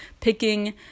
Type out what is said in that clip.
picking